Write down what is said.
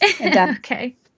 Okay